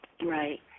Right